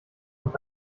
und